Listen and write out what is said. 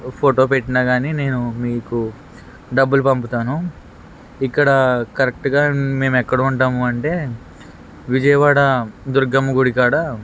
photo పెట్టినా కానీ నేను మీకు డబ్బులు పంపుతాను ఇక్కడ కరెక్ట్గా మేము ఎక్కడ ఉంటాము అంటే విజయవాడ దుర్గమ్మ గుడి కాడ